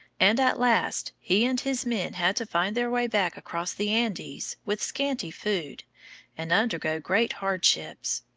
and at last he and his men had to find their way back across the andes with scanty food and undergo great hardships.